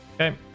Okay